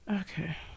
okay